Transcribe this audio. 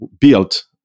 built